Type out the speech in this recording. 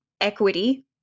equity